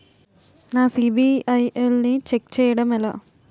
నా సిబిఐఎల్ ని ఛెక్ చేయడం ఎలా?